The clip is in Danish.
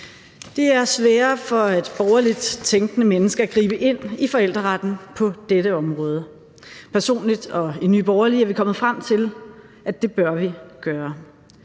Det er sværere for et borgerligt tænkende menneske at gribe ind i forældreretten på dette område. Personligt er jeg og i Nye Borgerlige er vi kommet frem til, at det bør vi gøre.